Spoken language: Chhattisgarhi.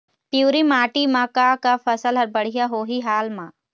पिवरी माटी म का का फसल हर बढ़िया होही हाल मा?